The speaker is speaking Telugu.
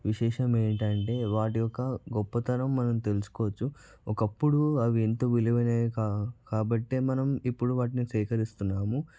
విశేషమేంటంటే వాటి యొక్క గొప్పతనం మనం తెలుసుకోవచ్చు ఒకప్పుడు అవి ఎంతో విలువలైనవి కా కాబట్టే మనం ఇప్పుడు వాటిని సేకరిస్తున్నాము